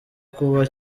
kuba